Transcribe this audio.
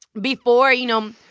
before, you know,